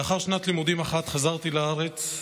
לאחר שנת לימודים אחת חזרתי לארץ,